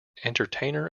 entertainer